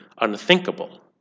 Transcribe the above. unthinkable